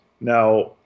Now